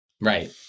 right